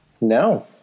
No